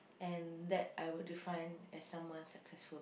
and that I would define as someone successful